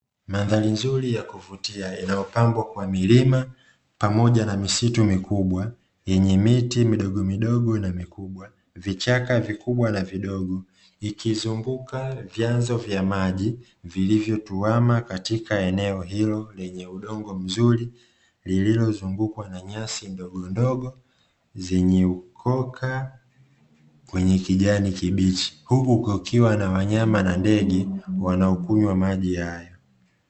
Mandhari nzuri ya kuvutia inayopambwa kwa milima pamoja na misitu mikubwa yenye miti midogomidogo na mikubwa, vichaka vikubwa na vidogo vikizunguka vyanzo vya maji vilivyotuama katika eneo hilo lenye udongo mzuri, lililozungukwa na nyasi ndogondogo zenye ukoka wenye kijani kibichi huku kukiwa na wanyama na ndege wanaokunywa maji hayo.